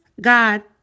God